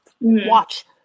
watch